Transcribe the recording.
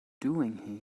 doing